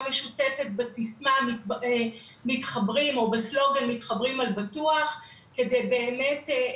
המשותפת בסיסמא או בסלוגן "מתחברים על בטוח" על מנת באמת,